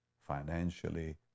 financially